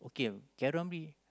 K Kylo Hambri